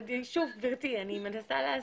גברתי, אני מנסה להסביר.